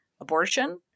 abortion